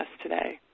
today